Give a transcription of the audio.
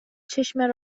چشم